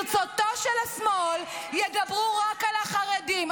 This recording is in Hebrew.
ברצות השמאל, ידברו רק על החרדים.